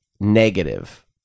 negative